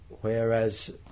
whereas